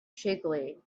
shakily